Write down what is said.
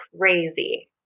crazy